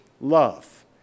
love